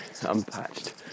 unpatched